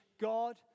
God